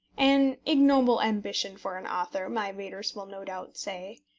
an ignoble ambition for an author, my readers will no doubt say.